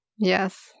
Yes